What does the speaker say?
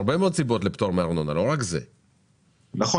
זה לא נתון